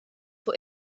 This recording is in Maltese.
fuq